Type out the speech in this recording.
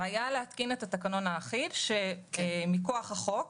להתקין את התקנון האחיד מכוח החוק.